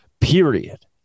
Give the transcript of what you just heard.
period